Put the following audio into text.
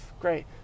great